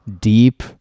deep